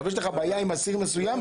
אם יש בעיה אם האסיר מסוים,